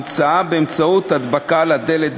המצאה באמצעות הדבקה על הדלת,